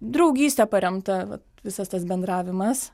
draugyste paremta va visas tas bendravimas